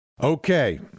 Okay